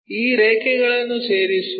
ಈ ರೇಖೆಗಳನ್ನು ಸೇರಿಸುವ